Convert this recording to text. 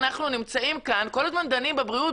אנחנו נמצאים כאן כל הזמן דנים בבריאות,